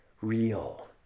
real